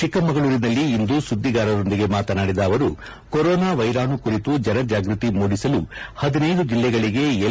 ಚಿಕ್ಕಮಗಳೂಲಿನಲ್ಲಿ ಇಂದು ಸುದ್ದಿಗಾರರೊಂದಿಗೆ ಮಾತನಾಡಿದ ಅವರು ಕೊರೋನಾ ವೈರಾಣು ಕುರಿತು ಜನಜಾಗೃತಿ ಮೂಡಿಸಲು ಹದಿನೈದು ಜಿಲ್ಲೆಗಳಗೆ ಎಲ್